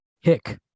Hick